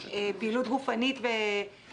כדי שלא יהפכו להיות סוכרתיים.